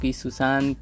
susan